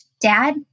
Dad